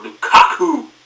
Lukaku